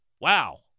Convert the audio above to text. wow